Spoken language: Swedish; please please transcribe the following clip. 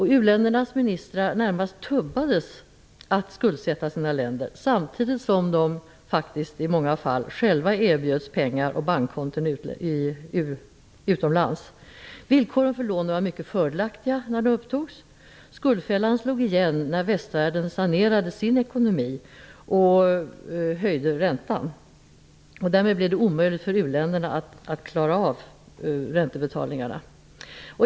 U ländernas ministrar närmast tubbades att skuldsätta sina länder, samtidigt som de faktiskt i många fall själva erbjöds pengar och bankkonton utomlands. Villkoren för lånen var mycket fördelaktiga när de upptogs. Skuldfällan slog igen när västvärlden sanerade sin ekonomi och höjde räntan. Därmed blev det omöjligt för u-länderna att klara av räntebetalningarna.